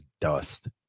dust